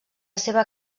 seva